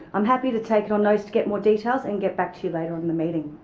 i'm happy to take it on notice to get more details and get back to you later on in the meeting.